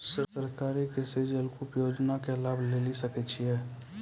सरकारी कृषि जलकूप योजना के लाभ लेली सकै छिए?